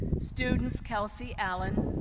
students kelsey allen,